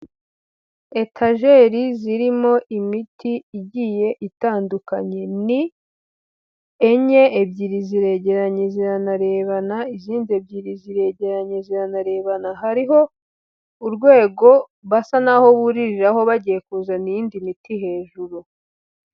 Etajeri zirimo imiti igiye itandukanye, ni enye, ebyiri ziregeranye, ziranarebana, izindi ebyiri ziregeranye, ziranarebana, hariho urwego basa naho buririraho bagiye kuzana iyindi miti hejuru.